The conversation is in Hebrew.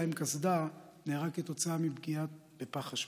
עם קסדה נהרג כתוצאה מפגיעה בפח אשפה.